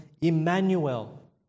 Emmanuel